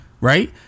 Right